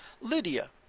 Lydia